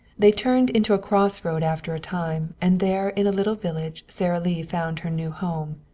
they turned into a crossroad after a time, and there in a little village sara lee found her new home.